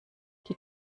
die